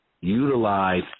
utilize